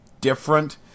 different